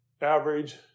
average